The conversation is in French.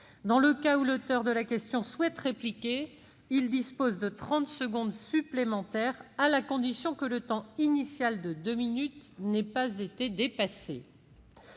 Dans le cas où l'auteur de la question souhaite répliquer, il dispose de trente secondes supplémentaires, à la condition que le temps initial de deux minutes n'ait pas été dépassé.